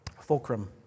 Fulcrum